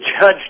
judge